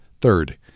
Third